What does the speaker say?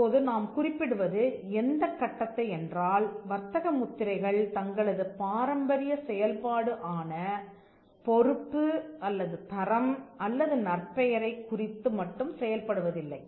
இப்போது நாம் குறிப்பிடுவது எந்தக் கட்டத்தை என்றால் வர்த்தக முத்திரைகள் தங்களது பாரம்பரிய செயல்பாடு ஆன பொறுப்பு அல்லது தரம் அல்லது நற்பெயரைக் குறித்து மட்டும் செயல்படுவதில்லை